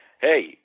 hey